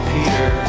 Peter